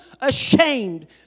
ashamed